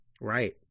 Right